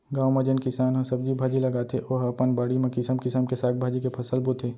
गाँव म जेन किसान ह सब्जी भाजी लगाथे ओ ह अपन बाड़ी म किसम किसम के साग भाजी के फसल बोथे